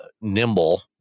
nimble